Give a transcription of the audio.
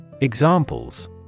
Examples